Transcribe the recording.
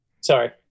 Sorry